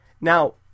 Now